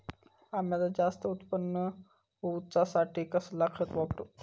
अम्याचा जास्त उत्पन्न होवचासाठी कसला खत वापरू?